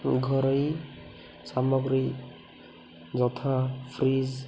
ଘରୋଇ ସାମଗ୍ରୀ ଯଥା ଫ୍ରିଜ୍